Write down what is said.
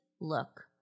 look